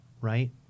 Right